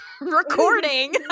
recording